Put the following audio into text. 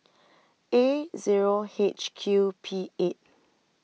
A Zero H Q P eight